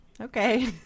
Okay